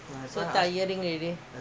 !huh!